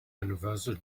universal